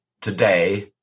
today